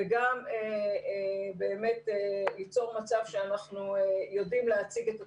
וגם באמת ליצור מצב שאנחנו יודעים להציג את התוכניות,